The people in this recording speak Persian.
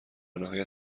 نهایت